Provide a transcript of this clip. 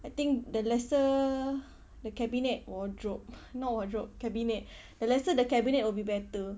I think the lesser the cabinet wardrobe not wardrobe cabinet the lesser the cabinet will be better